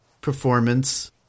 performance